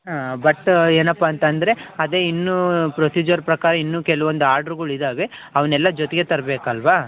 ಹಾಂ ಬಟ್ ಏನಪ್ಪ ಅಂತಂದರೆ ಅದೆ ಇನ್ನು ಪ್ರೊಸೀಜರ್ ಪ್ರಕಾರ ಇನ್ನು ಕೆಲವೊಂದು ಆರ್ಡ್ರ್ಗುಳು ಇದ್ದಾವೆ ಅವನ್ನೆಲ್ಲ ಜೊತೆಗೆ ತರ್ಬೇಕು ಅಲ್ಲವಾ